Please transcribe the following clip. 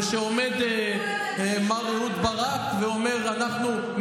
וכשעומד מר אהוד ברק ואומר: אנחנו,